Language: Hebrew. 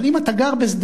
אבל אם אתה גר בשדרות,